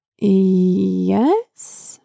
Yes